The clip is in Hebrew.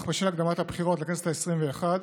אך בשל הקדמת הבחירות לכנסת העשרים-ואחת